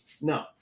No